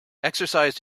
exercised